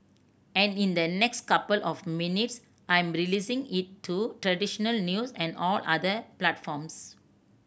and in the next couple of minutes I'm releasing it to traditional news and all other platforms